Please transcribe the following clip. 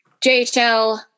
JHL